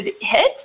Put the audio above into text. hit